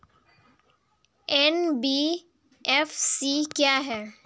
NBFC क्या है?